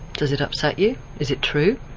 does it upset you? is it true?